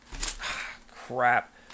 crap